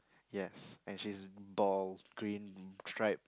yes and she's bald green stripe